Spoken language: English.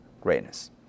greatness